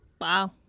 Wow